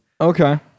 Okay